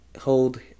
hold